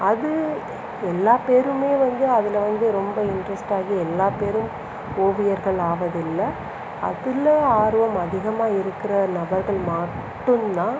அது எல்லா பேரும் வந்து அதில் வந்து ரொம்ப இன்ட்ரெஸ்ட் ஆகி எல்லா பேரும் ஓவியர்கள் ஆவதில்லை அதில் ஆர்வம் அதிகமாக இருக்கிற நபர்கள் மட்டும்தான்